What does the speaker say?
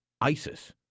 ISIS